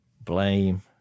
blame